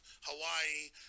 Hawaii